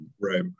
right